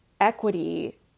equity